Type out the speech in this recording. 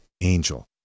Angel